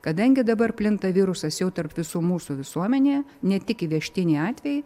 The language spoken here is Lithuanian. kadangi dabar plinta virusas jau tarp visų mūsų visuomenėje ne tik įvežtiniai atvejai